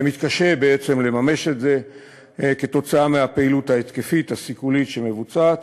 מתקשה בעצם לממש את זה כתוצאה מהפעילות ההתקפית הסיכולית שמבוצעת.